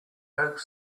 hope